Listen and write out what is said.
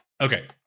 Okay